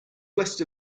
west